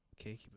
Okay